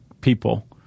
people